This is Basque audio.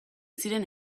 ziren